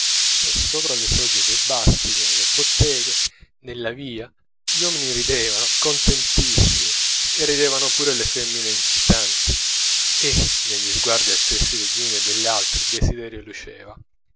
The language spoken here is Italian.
e sopra le soglie dei bassi nelle botteghe nella via gli uomini ridevano contentissimi e ridevano pur le femmine incitanti e negli sguardi accesi degli uni e dell'altre il desiderio luceva